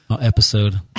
episode